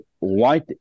white